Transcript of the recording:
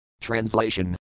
Translation